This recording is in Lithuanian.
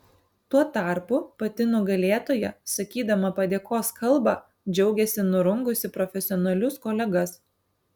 tuo tarpu pati nugalėtoja sakydama padėkos kalbą džiaugėsi nurungusi profesionalius kolegas